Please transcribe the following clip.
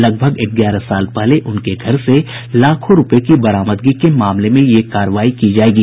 लगभग ग्यारह साल पहले उनके घर से लाखों रूपये की बरामदगी के मामले में ये कार्रवाई की जायेगी